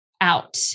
out